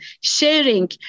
sharing